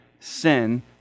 Sin